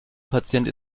patient